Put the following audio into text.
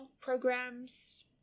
Programs